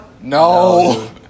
No